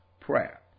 prayer